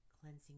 cleansing